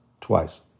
Twice